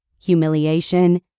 humiliation